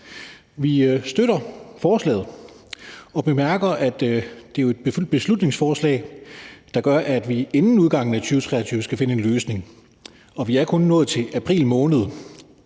Vi støtter forslaget og bemærker, at det jo er et beslutningsforslag, der indebærer, at vi inden udgangen af 2023 skal finde en løsning, og vi er kun nået til april måned.